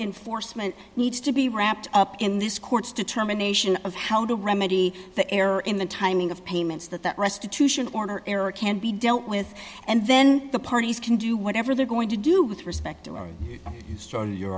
enforcement needs to be wrapped up in this court's determination of how to remedy the error in the timing of payments that that restitution order error can be dealt with and then the parties can do whatever they're going to do with respect are you started your